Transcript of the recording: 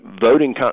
voting